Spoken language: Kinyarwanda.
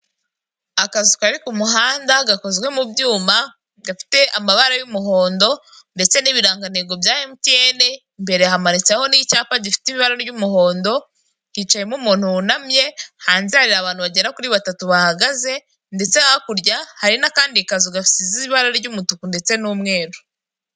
Akazu kari ku muhanda gakozwe mu byuma gafite amabara y'umuhondo ndetse n'ibirantego bya emutiyene, imbere hamanitseho n'icyapa gifite ibara ry'umuhondo hicayemo umuntu wunamye, hanze hari abantu bagera kuri batatu bahagaze ndetse hakurya hari n'akandi kazu gasize ibara ry'umutuku ndetse n'umweru.